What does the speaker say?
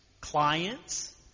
clients